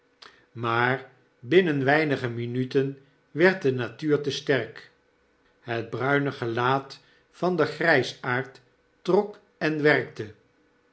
maar binnen weinige minuten werd de natuur te sterk het bruine gelaat van den grijsaard trok en werkte